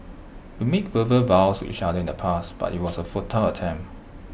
we made verbal vows to each other in the past but IT was A futile attempt